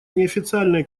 неофициальные